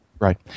Right